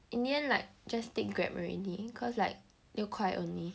in the end like just take Grab already cause like 六块 only